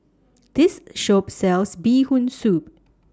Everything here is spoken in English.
This Shop sells Bee Hoon Soup